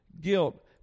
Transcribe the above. guilt